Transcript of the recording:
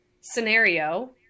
scenario